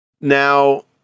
now